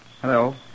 Hello